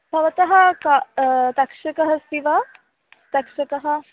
भवतः का तक्षकः अस्ति वा तक्षकः